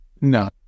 No